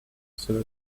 cela